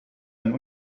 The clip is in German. einen